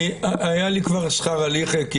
היה לי כבר שכר הליכה,